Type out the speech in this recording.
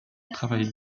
travail